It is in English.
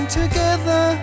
together